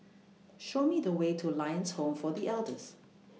Show Me The Way to Lions Home For The Elders